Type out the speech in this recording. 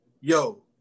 yo